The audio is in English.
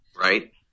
Right